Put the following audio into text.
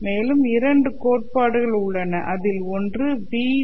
மேலும் இரண்டு கோட்பாடுகள் உள்ளன அதில் ஒன்று ∇